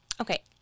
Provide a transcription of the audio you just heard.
Okay